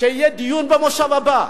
שיהיה דיון במושב הבא.